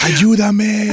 Ayúdame